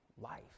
life